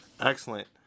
Excellent